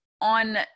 on